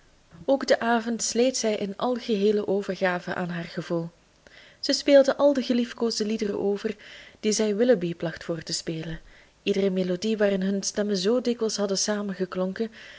ook den avond sleet zij in algeheele overgave aan haar gevoel zij speelde al de geliefkoosde liederen over die zij willoughby placht voor te spelen iedere melodie waarin hun stemmen zoo dikwijls hadden